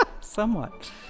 Somewhat